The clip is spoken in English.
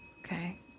Okay